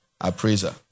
appraiser